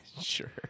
Sure